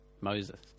Moses